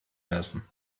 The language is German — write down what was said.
lassen